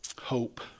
hope